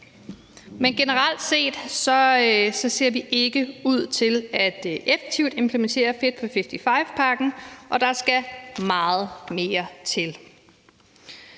men generelt set ser vi ikke ud til effektivt at implementere fit for 55-pakken, og der skal meget mere til.